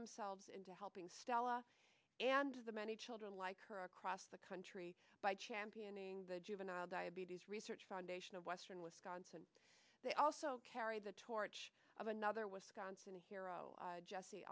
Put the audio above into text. themselves into helping stella and the many children like her across the country by championing the juvenile diabetes research foundation of western wisconsin they also carry the torch of another wisconsin hero jesse